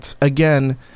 again